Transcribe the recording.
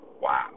wow